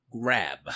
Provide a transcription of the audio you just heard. grab